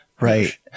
Right